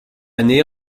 année